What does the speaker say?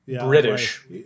British